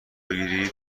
بگیرید